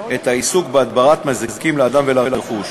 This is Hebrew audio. אדוני היושב-ראש,